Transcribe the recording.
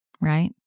right